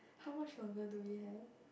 how much longer do we have